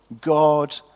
God